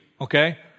okay